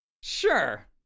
Sure